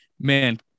man